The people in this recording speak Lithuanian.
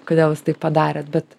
kodėl jūs taip padarėt bet